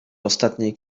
ostatniej